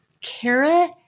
Kara